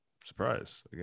surprise